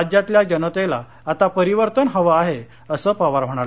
राज्यातली जनतेला आता परिवर्तन हवं आहे असं पवार म्हणाले